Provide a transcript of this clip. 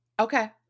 Okay